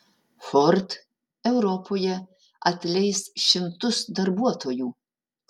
ford europoje atleis šimtus darbuotojų